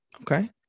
Okay